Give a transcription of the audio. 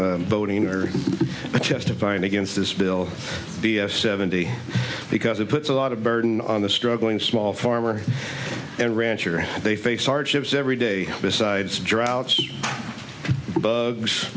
i'm voting or testifying against this bill seventy because it puts a lot of burden on the struggling small farmer and rancher they face hardships every day besides droughts